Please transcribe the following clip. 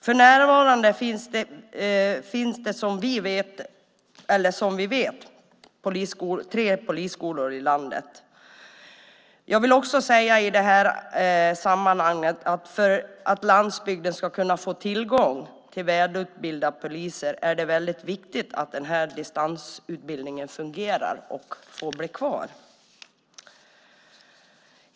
För närvarande finns det tre polisskolor i landet. I det här sammanhanget vill jag också säga att för att landsbygden ska kunna få tillgång till välutbildade poliser är det väldigt viktigt att distansutbildningen fungerar och får bli kvar.